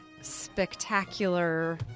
spectacular